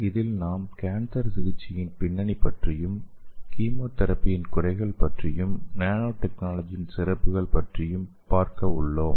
இதில் நாம் கேன்சர் சிகிச்சையின் பின்னணி பற்றியும் கீமோ தெரபியின் குறைகள் பற்றியும் நேனோ டெக்னாலஜியின் சிறப்புகள் பற்றியும் பார்க்க உள்ளோம்